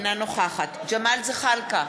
אינה נוכחת ג'מאל זחאלקה,